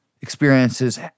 experiences